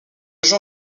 jean